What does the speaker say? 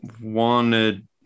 wanted